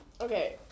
Okay